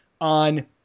on